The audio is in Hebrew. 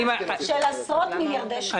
של עשרות מיליארדי שקלים.